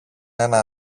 ένα